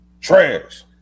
trash